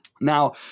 Now